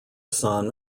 son